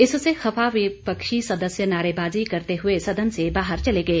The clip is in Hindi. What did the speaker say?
इससे खफा विपक्षी सदस्य नारेबाजी करते हुए सदन से बाहर चले गए